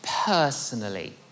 personally